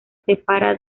separa